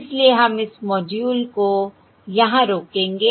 इसलिए हम इस मॉड्यूल को यहां रोकेंगे